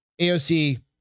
AOC